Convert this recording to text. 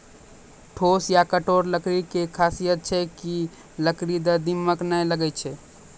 ठोस या कठोर लकड़ी के खासियत छै कि है लकड़ी मॅ दीमक नाय लागैय छै